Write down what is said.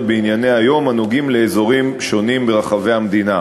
בענייני היום הנוגעים באזורים שונים ברחבי המדינה.